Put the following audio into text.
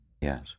Yes